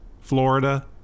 florida